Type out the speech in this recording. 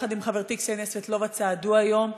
שיחד עם חברתי קסניה סבטלובה צעדו היום.